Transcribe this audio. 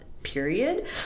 period